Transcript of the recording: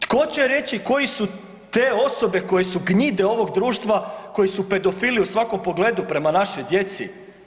Tko će reći koji su te osobe koji su gnjide ovog društva koji su pedofili u svakom pogledu prema našoj djeci.